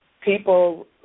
people